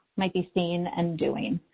might be seeing and doing.